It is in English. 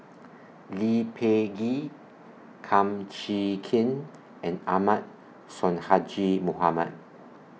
Lee Peh Gee Kum Chee Kin and Ahmad Sonhadji Mohamad